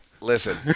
Listen